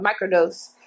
microdose